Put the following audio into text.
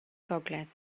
gogledd